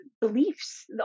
beliefs